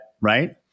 right